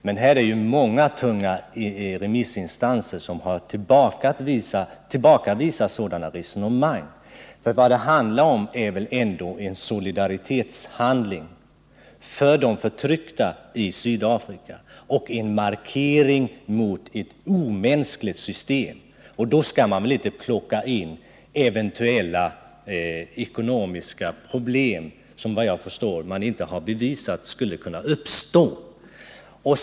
Men här är det ju många tunga remissinstanser som har tillbakavisat sådana resonemang. Vad det gäller är väl ändå en solidaritetshandling för de förtryckta i Sydafrika och en markering mot ett omänskligt system. Då skall man väl ändå inte plocka in eventuella ekonomiska problem som man, såvitt jag förstår, inte har bevisat skulle kunna uppstå.